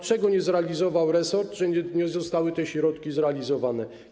Czego nie zrealizował resort, że nie zostały te środki zrealizowane?